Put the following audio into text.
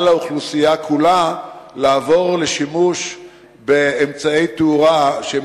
על האוכלוסייה כולה לעבור לשימוש באמצעי תאורה שהם